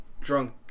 drunk